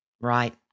Right